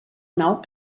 nau